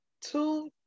two